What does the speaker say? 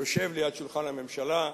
יושב ליד שולחן הממשלה,